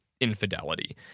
infidelity